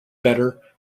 better